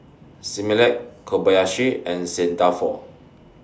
Similac Kobayashi and Saint Dalfour